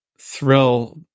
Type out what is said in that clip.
thrill